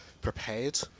prepared